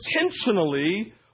intentionally